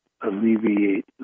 alleviate